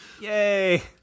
Yay